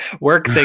work